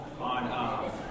on